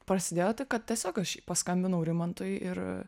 prasidėjo tik kad tiesiog aš paskambinau rimantui ir